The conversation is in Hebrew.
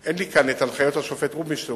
אין לי כאן הנחיות השופט רובינשטיין,